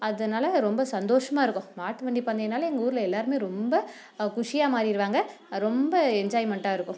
அதனால ரொம்ப சந்தோஷமாக இருக்கும் மாட்டுவண்டி பந்தயம்னாலே எங்கள் ஊரில் எல்லாேருமே ரொம்ப குஷியாக மாறிடுவாங்க ரொம்ப என்ஜாய்மெண்ட்டாக இருக்கும்